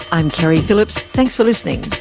i'm keri phillips, thanks for listening